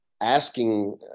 asking